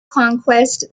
conquest